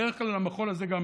בדרך כלל המחול הזה הוא גם